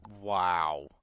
Wow